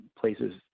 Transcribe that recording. places